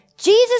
Jesus